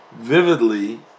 vividly